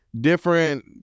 different